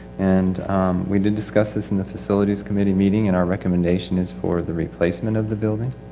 and we did discuss this in the facilities committee meeting, and our recommendation is for the replacement of the building.